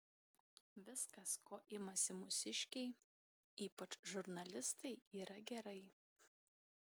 viskas ko imasi mūsiškiai ypač žurnalistai yra gerai